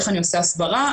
איך אני עושה הסברה.